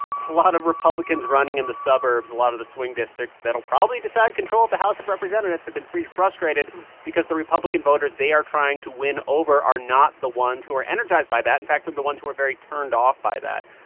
a lot of republicans running in the suburbs, a lot of the swing districts that'll probably decide control of the house of representatives have been very frustrated because the republican voters they are trying to win over are not the ones who are energized by that. in fact, they're the ones who are very turned off by that.